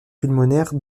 pulmonaires